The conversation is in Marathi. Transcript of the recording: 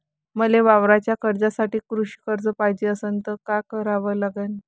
मले वावराच्या कामासाठी कृषी कर्ज पायजे असनं त काय कराव लागन?